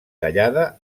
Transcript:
tallada